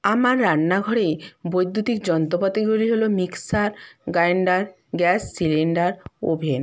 আমার রান্নাঘরে বৈদ্যুতিক যন্তপাতিগুলি হলো mixer grinder gas cylinder oven